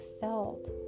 felt